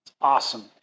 Awesome